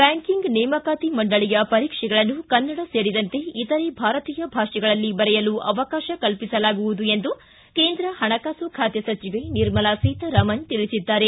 banking ನೇಮಕಾತಿ ಮಂಡಳಿಯ ಪರೀಕ್ಷೆಗಳನ್ನು ಕನ್ನಡ ಸೇರಿದಂತೆ ಇತರೆ ಭಾರತೀಯ ಭಾಷೆಗಳಲ್ಲಿ ಬರೆಯಲು ಅವಕಾಶ ಕಲ್ಪಿಸಲಾಗುವುದು ಎಂದು ಕೇಂದ್ರ ಹಣಕಾಸು ಖಾತೆ ಸಚಿವೆ ನಿರ್ಮಲಾ ಸೀತಾರಾಮನ್ ತಿಳಿಸಿದ್ದಾರೆ